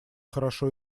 хорошо